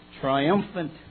triumphant